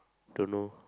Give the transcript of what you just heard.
don't know